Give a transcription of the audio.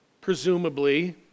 Presumably